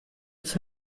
its